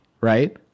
right